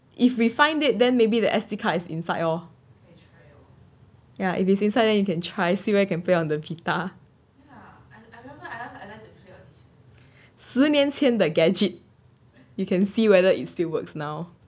if we find it it then maybe the S_D card is inside lor ya if it's inside then you can try see where you can play on the vita 十年前的 gadget you can see whether it still works now